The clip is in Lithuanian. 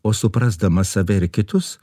o suprasdamas save ir kitus